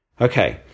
okay